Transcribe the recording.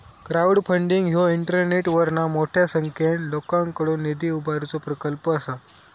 crowdfunding ह्यो इंटरनेटवरना मोठ्या संख्येन लोकांकडुन निधी उभारुचो प्रकल्प असा